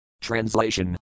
Translation